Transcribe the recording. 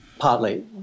Partly